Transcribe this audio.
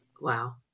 wow